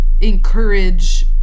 encourage